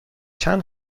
چند